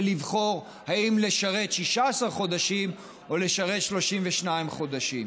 לבחור אם לשרת 16 חודשים או לשרת 32 חודשים.